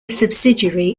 subsidiary